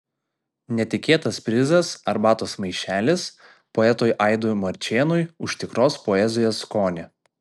netikėtas prizas arbatos maišelis poetui aidui marčėnui už tikros poezijos skonį